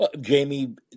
Jamie